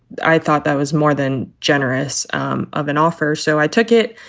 i thought that was more than generous um of an offer, so i took it.